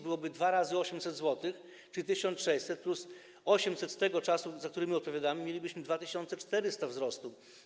Byłoby to dwa razy po 800 zł, czyli 1600, plus 800 z tego czasu, za który my odpowiadamy, i mielibyśmy 2400 zł wzrostu.